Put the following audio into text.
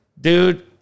Dude